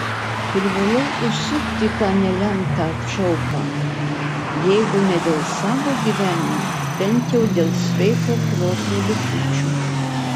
privalau užsukti tą nelemtą čiaupą jeigu ne dėl savo gyvenimo bent jau dėl sveiko proto likučių